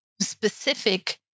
specific